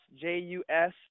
J-U-S